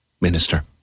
Minister